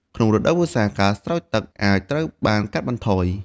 ក្នុងរដូវវស្សា ការស្រោចទឹកអាចត្រូវបានកាត់បន្ថយ។